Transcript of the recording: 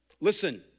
Listen